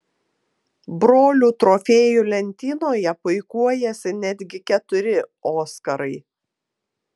brolių trofėjų lentynoje puikuojasi netgi keturi oskarai